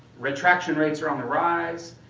retraction rates are on the rise,